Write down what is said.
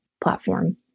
platform